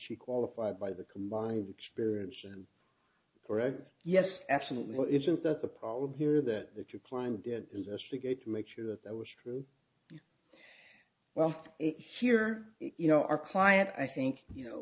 she qualified by the combined experience and corrected yes absolutely well isn't that the problem here that the trapline did this to get to make sure that that was true well here you know our client i think you know